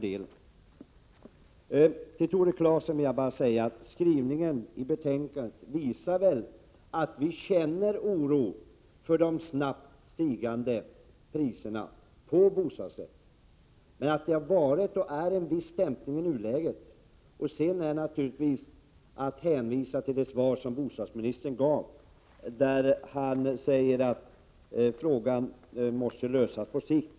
Till Tore Claeson vill jag säga att skrivningen i betänkandet visar att vi känner oro för de snabbt stigande priserna på bostadsrätter, även om vi nu kan notera en viss dämpning. Jag kan också hänvisa till det svar som bostadsministern gav där han säger att frågan måste lösas på sikt.